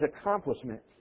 accomplishments